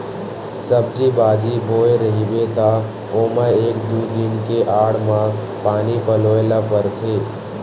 सब्जी बाजी बोए रहिबे त ओमा एक दू दिन के आड़ म पानी पलोए ल परथे